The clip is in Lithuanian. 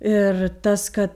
ir tas kad